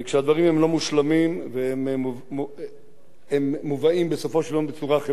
וכשהדברים לא מושלמים ומובאים בסופו של יום בצורה חלקית,